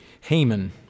Haman